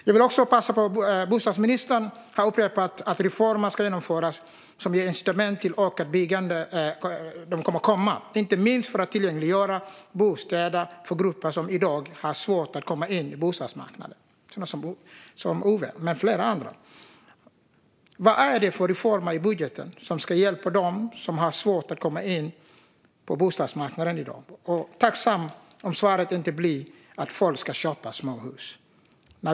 Jag vill också passa på att ta upp att bostadsministern har upprepat att reformer som ger incitament till ökat byggande kommer att komma, inte minst för att tillgängliggöra bostäder för grupper som i dag har svårt att komma in på bostadsmarknaden. Det gäller Ove och flera andra. Vad är det för reformer i budgeten som ska hjälpa dem som har svårt att komma in på bostadsmarknaden i dag? Jag är tacksam om svaret inte blir att folk ska köpa småhus.